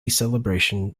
celebration